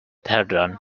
dehradun